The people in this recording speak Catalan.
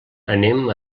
anem